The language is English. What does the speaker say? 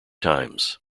times